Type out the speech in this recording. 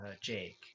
Jake